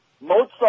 Mozart